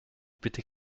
bitte